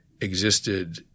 existed